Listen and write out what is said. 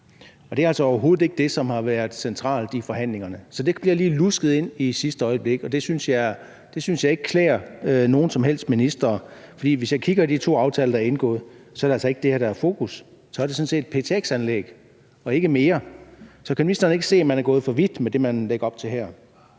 altså overhovedet ikke det, der har været centralt i forhandlingerne. Så det er lige blevet lusket ind i sidste øjeblik, og det synes jeg ikke klæder nogen som helst minister. For hvis jeg kigger på de to aftaler, der er indgået, så er det altså ikke det her, der er fokus på; det er sådan set ptx-anlæg og ikke mere end det. Så kan ministeren ikke se, at han er gået for vidt? Kl. 20:23 Den